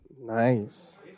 Nice